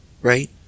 Right